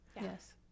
yes